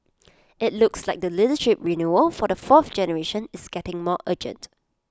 IT looks like the leadership renewal for the fourth generation is getting more urgent